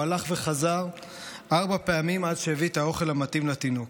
הוא הלך וחזר ארבע פעמים עד שהביא את האוכל המתאים לתינוק.